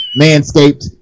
Manscaped